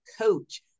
coach